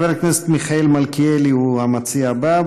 חבר הכנסת מיכאל מלכיאלי הוא המציע הבא.